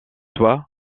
toit